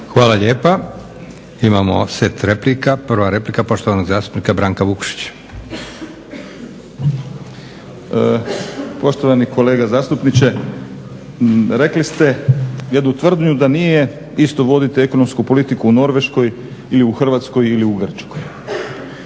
Hvala lijepa. Imamo set replika. Prva replika poštovanog zastupnika Branka Vukšića. **Vukšić, Branko (Hrvatski laburisti - Stranka rada)** Poštovani kolega zastupniče, rekli ste jednu tvrdnju da nije isto voditi ekonomsku politiku u Norveškoj ili u Hrvatskoj ili u Grčkoj.